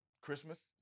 Christmas